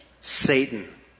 Satan